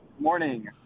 morning